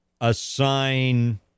assign